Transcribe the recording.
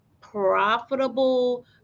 profitable